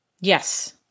Yes